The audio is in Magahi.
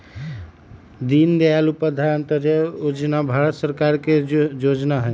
दीनदयाल उपाध्याय अंत्योदय जोजना भारत सरकार के जोजना हइ